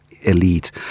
elite